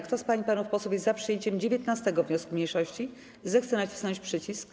Kto z pań i panów posłów jest za przyjęciem 19. wniosku mniejszości, zechce nacisnąć przycisk.